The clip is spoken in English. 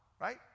right